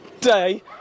day